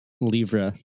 livre